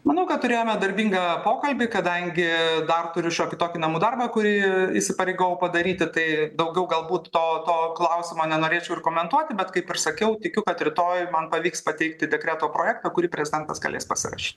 manau kad turėjome darbingą pokalbį kadangi dar turiu šiokį tokį namų darbą kurį įsipareigojau padaryti tai daugiau galbūt to to klausimo nenorėčiau ir komentuoti bet kaip ir sakiau tikiu kad rytoj man pavyks pateikti dekreto projektą kurį prezidentas galės pasirašyt